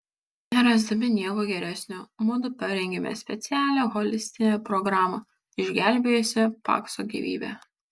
nerasdami nieko geresnio mudu parengėme specialią holistinę programą išgelbėjusią pakso gyvybę